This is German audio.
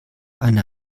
eine